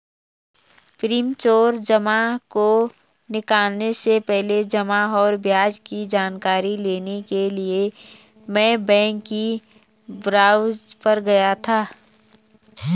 premature जमा को निकलने से पहले जमा और ब्याज की जानकारी लेने के लिए मैं बैंक की ब्रांच पर गया था